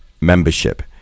membership